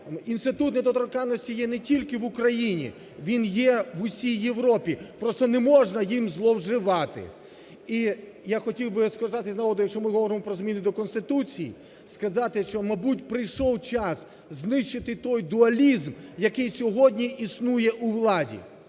Інститут недоторканності є не тільки в Україні, він є в усій Європі, просто не можна їм зловживати. І я хотів би скористатися, знову ж таки, якщо ми говоримо про зміни до Конституції, сказати, що мабуть прийшов час знищити той дуалізм, який сьогодні існує у владі.